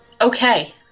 Okay